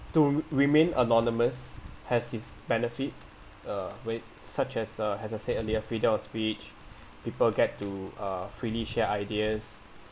to remain anonymous has its benefit uh weight such as uh as I said earlier freedom of speech people get to uh freely share ideas